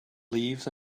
leaves